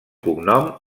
cognom